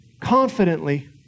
confidently